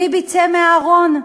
ביבי, צא מהארון.